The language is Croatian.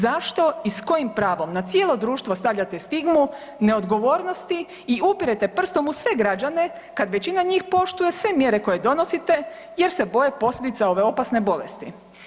Zašto i s kojim pravom na cijelo društvo stavljate stigmu neodgovornosti i upirete prstom u sve građane kada većina njih poštuje sve mjere koje donosite jer se boje posljedica ove opasne bolesti?